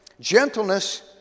gentleness